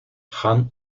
hunt